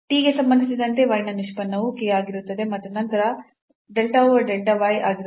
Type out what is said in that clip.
t ಗೆ ಸಂಬಂಧಿಸಿದಂತೆ y ನ ನಿಷ್ಪನ್ನವು k ಆಗಿರುತ್ತದೆ ಮತ್ತು ನಂತರ del over del y ಆಗಿರುತ್ತದೆ